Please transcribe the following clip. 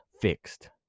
fixed